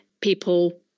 people